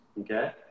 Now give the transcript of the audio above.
Okay